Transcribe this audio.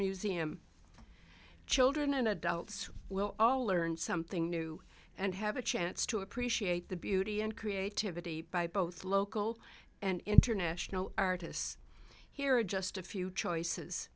museum children and adults will all learn something new and have a chance to appreciate the beauty and creativity by both local and international artists here are just a few choices